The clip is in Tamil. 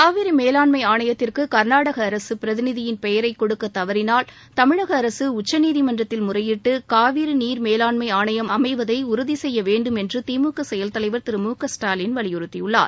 காவிரி மேலாண்மை ஆணையத்திற்கு கர்நாடக அரசு பிரதிநிதியின் பெயரை கொடுக்க தவறினால் தமிழக அரசு உச்சநீதிமன்றத்தில் முறையிட்டு காவிரி நீர் மேலான்மை ஆணையம் அமைவதை உறுதி செய்ய வேண்டும் என்று திமுக செயல் தலைவர் திரு மு க ஸ்டாலின் வலியுறுத்தியுள்ளார்